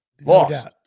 Lost